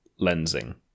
lensing